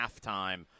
halftime